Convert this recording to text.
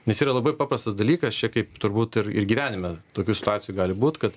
nes yra labai paprastas dalykas čia kaip turbūt ir ir gyvenime tokių situacijų gal būt kad